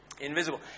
Invisible